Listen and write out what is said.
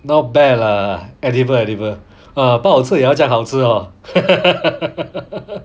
not bad lah edible edible !wah! 不好吃也要讲好吃 hor